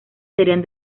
serían